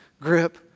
grip